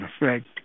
effect